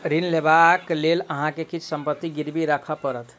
ऋण लेबाक लेल अहाँ के किछ संपत्ति गिरवी राखअ पड़त